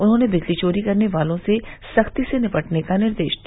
उन्होंने बिजली चोरी करने वालों से सखी से निपटने का निर्देश दिया